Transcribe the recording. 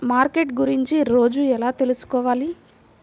Market గురించి రోజు ఎలా తెలుసుకోవాలి?